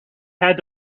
had